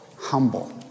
humble